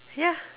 ya